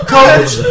Coach